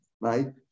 right